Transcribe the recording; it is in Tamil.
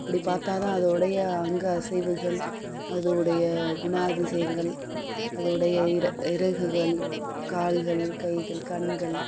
அப்படி பார்த்தா தான் அதோடைய அங்க அசைவுகள் அதோடைய குணா அதிசயங்கள் அதோடைய இற இறகுகள் கால்கள் கைகள் கண்கள்